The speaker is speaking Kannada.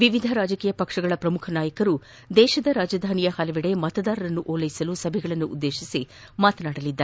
ವಿವಿಧ ರಾಜಕೀಯ ಪಕ್ಷಗಳ ಪ್ರಮುಖ ನಾಯಕರು ರಾಷ್ಟ ರಾಜಧಾನಿಯ ಹಲವೆಡೆ ಮತದಾರರನ್ನು ಸೆಳೆಯಲು ಸಭೆಗಳನ್ನು ಉದ್ದೇಶಿಸಿ ಮಾತನಾಡಲಿದ್ದಾರೆ